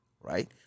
Right